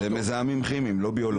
בסדר, זה מזהמים כימיים, לא ביולוגיים.